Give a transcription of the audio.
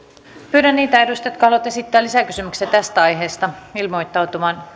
pyydän niitä edustajia jotka haluavat esittää lisäkysymyksiä tästä aiheesta ilmoittautumaan